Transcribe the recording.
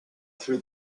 threw